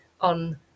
on